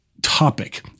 topic